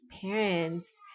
parents